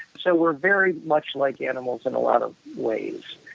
so we're very much like animals in a lot of ways,